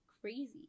crazy